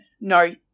no